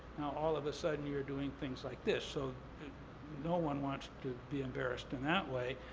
all of a sudden you're doing things like this. so no one wants to be embarrassed in that way.